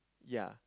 ya